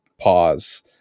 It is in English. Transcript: pause